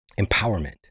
empowerment